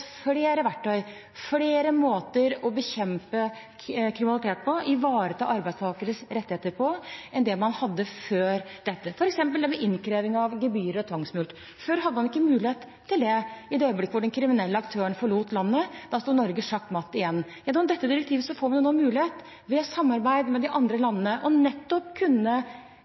flere verktøy, flere måter å bekjempe kriminalitet på, ivareta arbeidstakeres rettigheter på, enn det man hadde før, f.eks. ved innkreving av gebyr og tvangsmulkt. Før hadde man ikke mulighet til det i det øyeblikk den kriminelle aktøren forlot landet. Da sto Norge sjakkmatt igjen. Med dette direktivet får vi nå mulighet, ved samarbeid med de andre landene, til nettopp å kunne